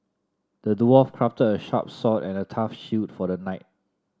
the dwarf crafted a sharp sword and a tough shield for the knight